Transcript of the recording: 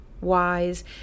wise